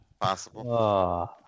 Possible